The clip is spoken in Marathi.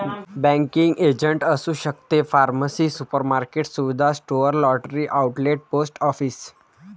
बँकिंग एजंट असू शकते फार्मसी सुपरमार्केट सुविधा store lottery outlet post office